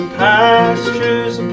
pastures